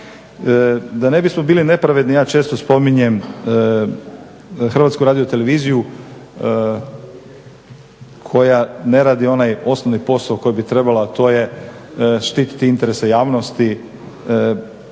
Da ne bismo bili nepravedni, ja često spominjem HRT koja ne radi onaj osnovni posao koji bi trebala, a to je štititi interese javnosti.